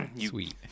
sweet